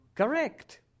Correct